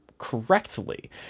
correctly